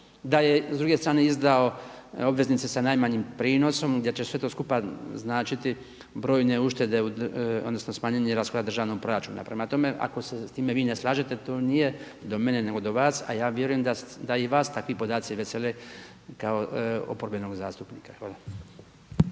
da je s druge strane izdao obveznice sa najmanjim prinosom gdje će sve to skupa značiti brojne uštede, odnosno smanjenje rashoda državnog proračuna. Prema tome, ako se s time vi ne slažete to nije do mene, nego do vas, a vjerujem da i vas takvi podaci vesele kao oporbenog zastupnika. Hvala.